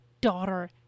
daughter